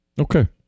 Okay